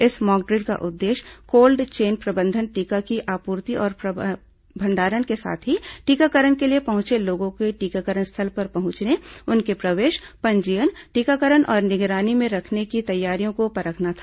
इस मॉकड्रिल का उद्देश्य कोल्ड चैन प्रबंधन टीका की आपूर्ति और भंडारण के साथ ही टीकाकरण के लिए पहुंचे लोगों के टीकाकरण स्थल पर पहुंचने उनके प्रवेश पंजीयन टीकाकरण और निगरानी में रखने की तैयारियों को परखना था